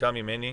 נדבקה ממני,